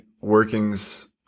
workings